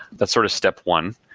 that's sort of step one,